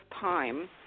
time